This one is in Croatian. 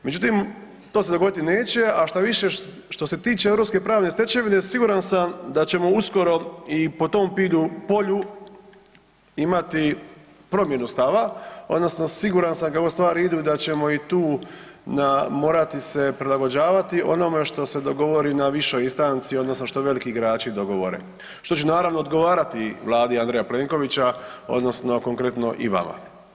Međutim, to se dogoditi neće a štoviše što se tiče europske pravne stečevine, siguran sam da ćemo uskoro i po tom polju imati promjenu stava odnosno siguran sam kako stvari idu, da će ćemo i tu morati se prilagođavati onome što se dogovori na višoj instanci odnosno što veliki igrači dogovore, što će naravno odgovarati Vladi Andreja Plenkovića odnosno konkretno i vama.